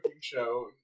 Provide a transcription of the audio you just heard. show